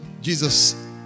Jesus